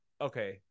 okay